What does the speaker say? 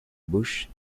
busch